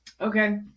Okay